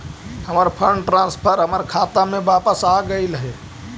हमर fund transfer हमर खाता में वापस आगईल हे